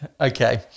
Okay